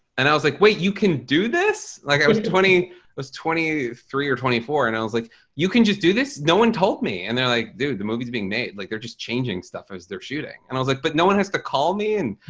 and i was like wait you can do this? like i was twenty i was twenty three or twenty four and i was like you can just do this no one told me and they're like, dude the movies being made, like they're just changing stuff as they're shooting, and i was like but no one has to call me and